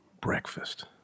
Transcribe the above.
Breakfast